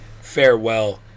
farewell